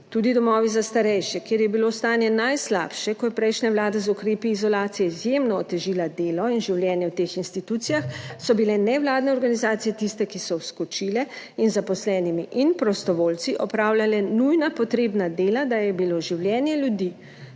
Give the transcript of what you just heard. tudi domovi za starejše, kjer je bilo stanje najslabše, ko je prejšnja Vlada z ukrepi izolacije izjemno otežila delo in življenje v teh institucijah so bile nevladne organizacije tiste, ki so vskočile in zaposlenimi in prostovoljci opravljale nujna potrebna dela, da je bilo življenje ljudi,